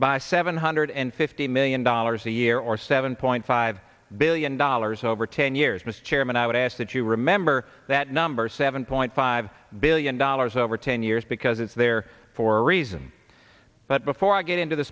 by seven hundred and fifty million dollars a year or seven point five billion dollars over ten years mr chairman i would ask that you remember that number seven point five billion dollars over ten years because it's there for a reason but before i get into the